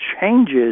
changes